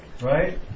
Right